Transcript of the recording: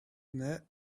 net